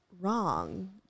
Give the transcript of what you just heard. wrong